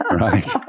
right